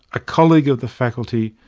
a colleague of the faculty,